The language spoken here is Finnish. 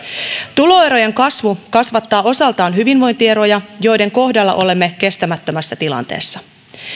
tuloerojen kasvu kasvattaa osaltaan hyvinvointieroja joiden kohdalla olemme kestämättömässä tilanteessa